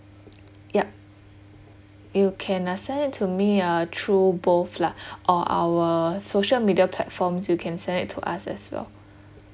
yup you can uh send it to me uh through both lah or our social media platforms you can send it to us as well